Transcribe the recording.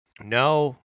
No